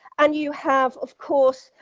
and you have, of course,